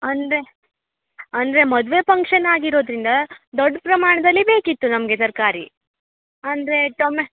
ಅಂದರೆ ಅಂದರೆ ಮದುವೆ ಪಂಕ್ಷನ್ ಆಗಿರೋದರಿಂದ ದೊಡ್ಡ ಪ್ರಮಾಣದಲ್ಲಿ ಬೇಕಿತ್ತು ನಮಗೆ ತರಕಾರಿ ಅಂದರೆ ಟೋಮೆ